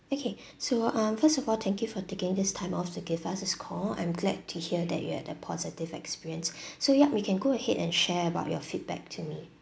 okay so um first of all thank you for taking this time off to give us this call I'm glad to hear that you had a positive experience so yup we can go ahead and share about your feedback to me